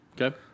Okay